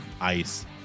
ice